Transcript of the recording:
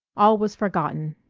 all was forgotten.